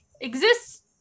exists